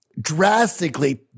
drastically –